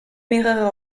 mehrere